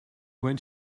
went